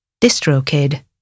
DistroKid